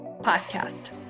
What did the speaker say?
Podcast